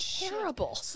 terrible